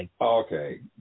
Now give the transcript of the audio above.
Okay